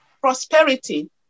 prosperity